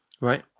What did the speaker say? Right